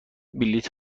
بلیط